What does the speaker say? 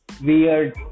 Weird